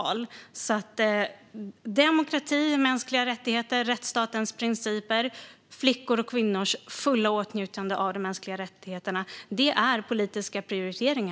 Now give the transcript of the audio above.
Politiska prioriteringar inom biståndet är alltså demokrati, mänskliga rättigheter, rättsstatens principer och flickors och kvinnors fulla åtnjutande av de mänskliga rättigheterna.